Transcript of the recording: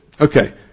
Okay